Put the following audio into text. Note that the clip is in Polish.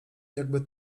jakby